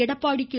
Edappadi K